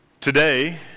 Today